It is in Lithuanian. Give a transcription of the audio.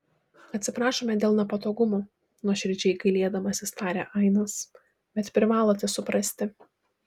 atsiprašome dėl nepatogumų nuoširdžiai gailėdamasis tarė ainas bet privalote suprasti